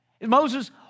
Moses